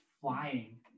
flying